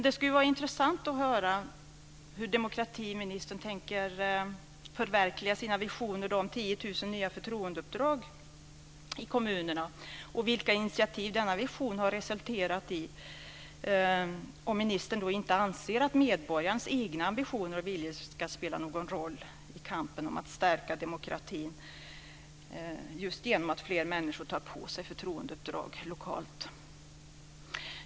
Det skulle vara intressant att höra hur demokratiministern tänker förverkliga sina visioner om 10 000 nya förtroendeuppdrag i kommunerna och vilka initiativ denna vision har resulterat i - om nu ministern inte anser att medborgarnas egna ambitioner och viljor ska spela någon roll i kampen för att stärka demokratin genom att fler människor tar på sig förtroendeuppdrag lokalt.